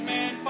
Man